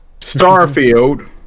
Starfield